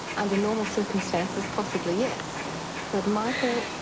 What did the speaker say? and normal circumstances, possibly yes. but michael,